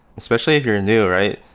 especially if you're new, right?